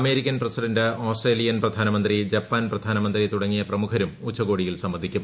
American president Australian പ്രധാനമന്ത്രി Japan പ്രധാനമന്ത്രി തുടങ്ങിയ പ്രമുഖരും ഉച്ചകോടിയിൽ സംബന്ധിക്കും